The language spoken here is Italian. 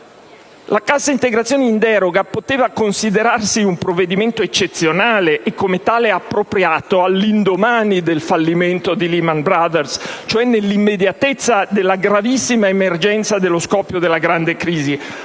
La cassa integrazione in deroga poteva considerarsi un provvedimento eccezionale, e come tale appropriato, all'indomani del fallimento di Lehman Brothers, cioè nell'immediatezza della gravissima emergenza dello scoppio della grande crisi;